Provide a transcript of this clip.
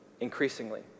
increasingly